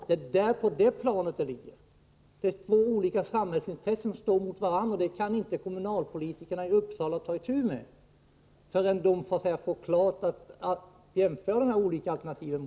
Det är alltså olika samhällsintressen som står mot varandra, och dem kan inte kommunalpolitikerna i Uppsala ta itu med förrän de får jämföra de olika alternativen.